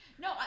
No